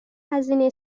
هزینه